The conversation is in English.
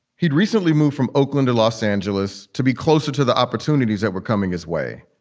he'd recently moved from oakland to los angeles to be closer to the opportunities that were coming his way.